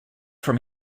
from